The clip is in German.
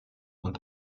und